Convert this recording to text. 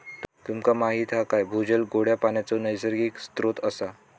तुमका माहीत हा काय भूजल गोड्या पानाचो नैसर्गिक स्त्रोत असा